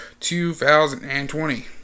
2020